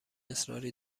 اصراری